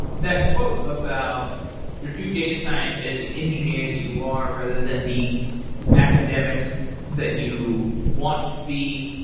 that quote about you do data science as the engineer that you are, rather than the academic that you want to be.